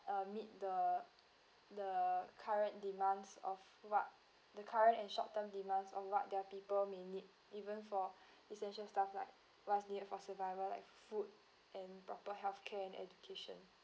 uh meet the the current demands of what the current and short term demands of what their people may need even for essential stuff like what's needed for survival like food and proper health care and education